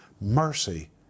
Mercy